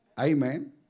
Amen